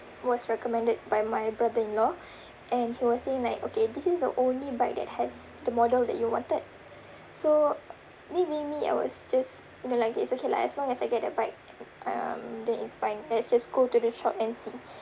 was recommended by my brother-in-law and he wasn't like okay this is the only bike that has the model that you wanted so me being me I was just don't like it it's okay lah as long as I get that bike um then it's fine let's just go to the shop and see